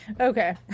Okay